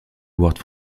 world